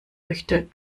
möchte